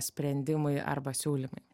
sprendimai arba siūlymai